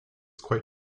quite